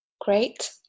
great